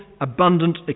abundant